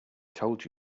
told